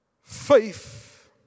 Faith